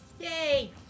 Yay